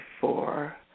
four